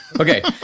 Okay